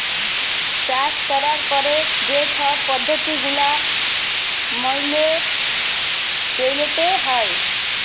চাষ ক্যরার পরে যে ছব পদ্ধতি গুলা ম্যাইলে চ্যইলতে হ্যয়